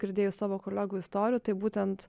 girdėjus savo kolegų istorijų tai būtent